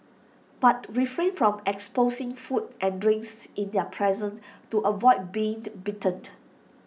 but refrain from exposing food and drinks in their presence to avoid being bitten